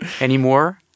Anymore